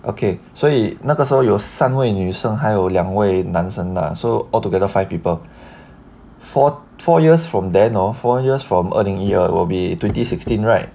okay 所以那个时候有三位女生还有两位男生 lah so altogether five people four four years from then hor four years from 二零一二 will be twenty sixteen right